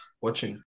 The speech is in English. watching